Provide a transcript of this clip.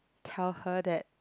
tell her that